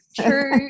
true